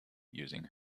using